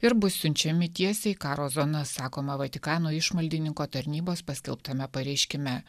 ir bus siunčiami tiesiai į karo zonas sakoma vatikano išmaldininko tarnybos paskelbtame pareiškime